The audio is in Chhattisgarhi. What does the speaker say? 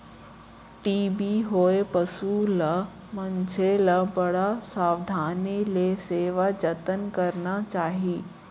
टी.बी होए पसु ल, मनसे ल बड़ सावधानी ले सेवा जतन करना चाही